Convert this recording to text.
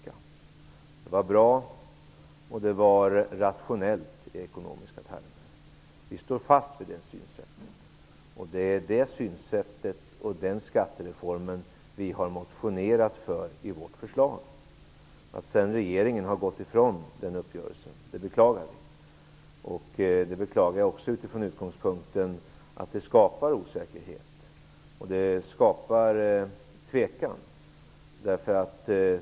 Det var bra och rationellt i ekonomiska termer. Vi står fast vid det synsättet. Det är det synsättet och den skattereformen som vi har motionerat för i vårt förslag. Att regeringen har gått ifrån den uppgörelsen beklagar vi. Det beklagar vi också utifrån utgångspunkten att det skapar osäkerhet och tvekan.